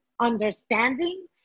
understanding